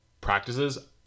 practices